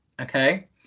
Okay